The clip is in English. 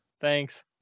thanks